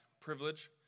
privilege